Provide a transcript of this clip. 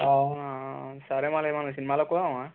అవునా సరే మళ్ళా ఏమన్న సినిమాలకు పోదామా